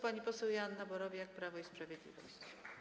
Pani poseł Joanna Borowiak, Prawo i Sprawiedliwość.